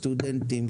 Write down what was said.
סטודנטים,